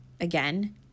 Again